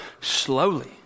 slowly